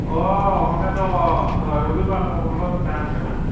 ᱚᱸᱻ ᱚᱸᱰᱮ ᱫᱚ ᱨᱚᱵᱤ ᱵᱟᱨ ᱫᱚ ᱵᱚᱱᱫᱚ ᱜᱮ ᱛᱟᱦᱮᱱ ᱠᱟᱱᱟ